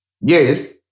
Yes